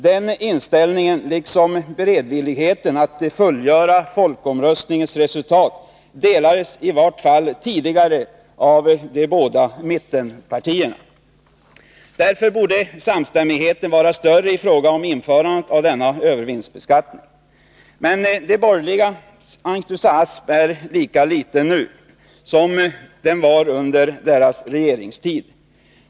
Den inställningen, liksom beredvilligheten att följa upp folkomröstningens resultat, delades i vart fall tidigare av de båda mittenpartierna. Därför borde samstämmigheten vara större i fråga om införandet av denna övervinstbeskattning. Men de borgerligas entusiasm är lika liten nu som den var under deras regeringstid.